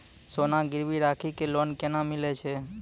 सोना गिरवी राखी कऽ लोन केना मिलै छै?